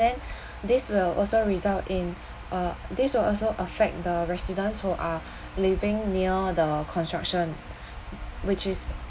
then this will also result in uh this will also affect the residents who are living near the construction which is